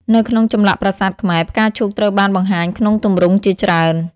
នៅក្នុងចម្លាក់ប្រាសាទខ្មែរ ផ្កាឈូកត្រូវបានបង្ហាញក្នុងទម្រង់ជាច្រើន។